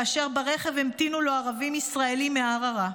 כאשר ברכב המתינו לו ערבים ישראלים מערערה.